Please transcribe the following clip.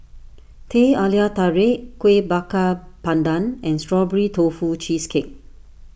Teh Halia Tarik Kuih Bakar Pandan and Strawberry Tofu Cheesecake